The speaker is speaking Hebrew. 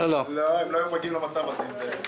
לא, הם לא היו מגיעים למצב הזה אם זה היה כך.